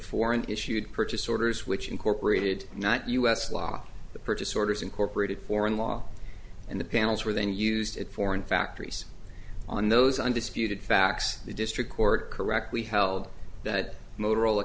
foreign issued purchase orders which incorporated not us law the purchase orders incorporated foreign law and the panels were then used at foreign factories on those undisputed facts the district court correctly held that motorola